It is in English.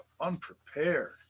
unprepared